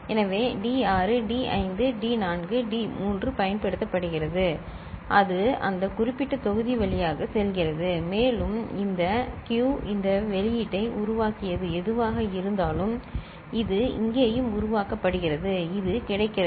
எனவே D 6 D 5 D 4 D 3 பயன்படுத்தப்படுகிறது அது அந்த குறிப்பிட்ட தொகுதி வழியாகச் செல்கிறது மேலும் இந்த q இந்த வெளியீட்டை உருவாக்கியது எதுவாக இருந்தாலும் இது இங்கேயும் உருவாக்கப்படுகிறது இது கிடைக்கிறது